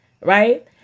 Right